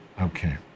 Okay